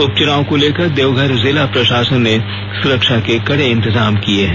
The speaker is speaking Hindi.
उपचुनाव को लेकर देवघर जिला प्रशासन ने सुरक्षा के कड़े इंतजाम किए हैं